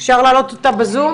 את שומעת אותנו?